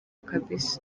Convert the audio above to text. kabisa